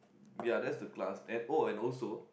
ya that's the plus and oh and also